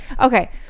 Okay